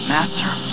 Master